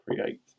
create